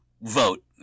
vote